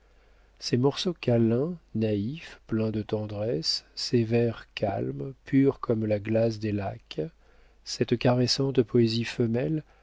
ces morceaux câlins naïfs pleins de tendresse ces vers calmes purs comme la glace des lacs cette caressante poésie femelle